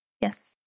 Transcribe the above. Yes